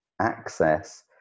access